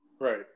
right